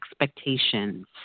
expectations